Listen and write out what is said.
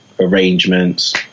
arrangements